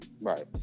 Right